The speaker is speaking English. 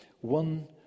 One